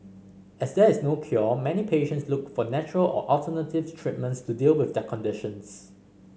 as there is no cure many patients look for natural or alternative treatments to deal with their conditions